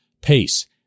pace